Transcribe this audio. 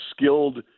skilled